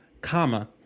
comma